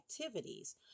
activities